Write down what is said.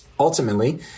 Ultimately